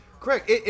Correct